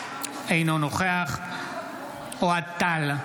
אינו נוכח אוהד טל,